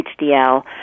HDL